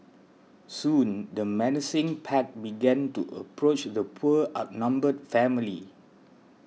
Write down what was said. soon the menacing pack began to approach the poor outnumbered family